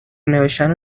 نوشتنو